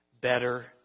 better